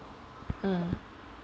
mm